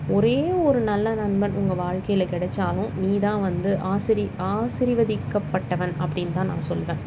ஒரே ஒரு நல்ல நண்பன் உங்கள் வாழ்க்கையில் கிடச்சாலும் நீ தான் வந்து ஆசிர் ஆசிர்வதிக்கப்பட்டவன் அப்படினு தான் நான் சொல்லுவேன்